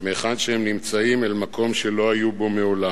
מהיכן שהם נמצאים אל מקום שלא היו בו מעולם.